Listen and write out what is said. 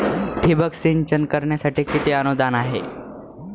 ठिबक सिंचन करण्यासाठी किती अनुदान आहे?